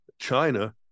china